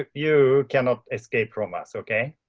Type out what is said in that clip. ah you cannot escape from us, okay.